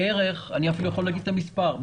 אני אפילו יכול להגיד את המספר.